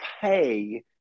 pay